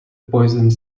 poisoned